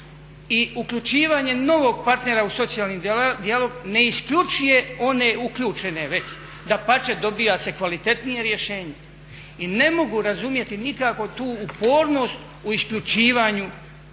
I uključivanje novog partnera u socijalni dijalog ne isključuje one uključene već, dapače dobija se kvalitetnije rješenje. I ne mogu razumjeti nikako tu upornost u isključivanju bolničkih